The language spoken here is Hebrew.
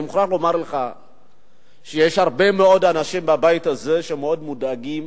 אני מוכרח לומר לך שיש הרבה מאוד אנשים בבית הזה שמאוד מודאגים